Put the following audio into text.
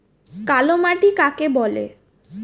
কালো মাটি কাকে বলে?